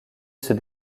ceux